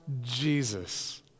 Jesus